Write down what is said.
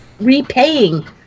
repaying